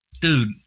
dude